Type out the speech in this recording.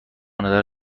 نظر